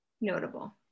notable